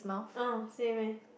uh same eh